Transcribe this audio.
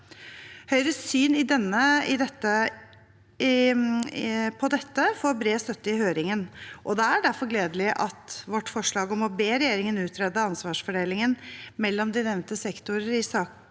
Høyres syn på dette får bred støtte i høringen, og det er derfor gledelig at vårt forslag om å be regjeringen utrede ansvarsfordelingen mellom de nevnte sektorer i saker